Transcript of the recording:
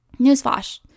Newsflash